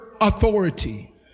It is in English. authority